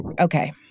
Okay